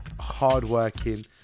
Hardworking